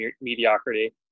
mediocrity